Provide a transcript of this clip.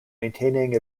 maintaining